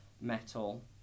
metal